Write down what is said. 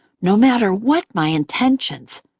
no matter what my intentions,